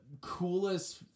coolest